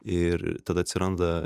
ir tada atsiranda